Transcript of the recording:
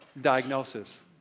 diagnosis